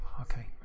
Okay